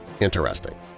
interesting